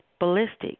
ballistic